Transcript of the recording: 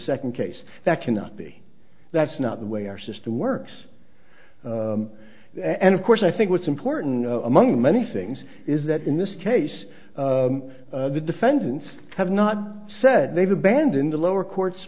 second case that cannot be that's not the way our system works and of course i think what's important among many things is that in this case the defendants have not said they've abandoned the lower court